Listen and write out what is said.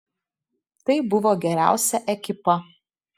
tai buvo geriausia ekipa